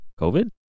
COVID